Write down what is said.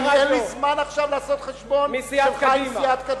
אין לי זמן עכשיו לעשות חשבון שלך עם סיעת קדימה.